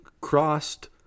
crossed